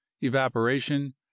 evaporation